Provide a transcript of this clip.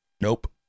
Nope